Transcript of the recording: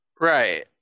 Right